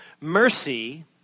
Mercy